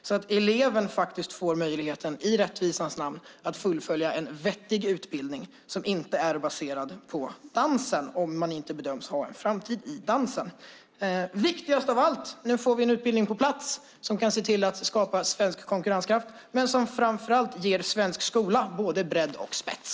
På så sätt får eleven i rättvisans namn möjligheten att fullfölja en vettig utbildning som inte är baserad på dansen, om man inte bedöms ha en framtid i dansen. Viktigast av allt är att vi nu får en utbildning på plats som kan se till att skapa svensk konkurrenskraft och som framför allt ger svensk skola både bredd och spets.